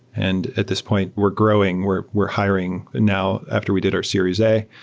and at this point, we're growing. we're we're hiring now after we did our series a.